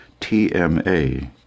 TMA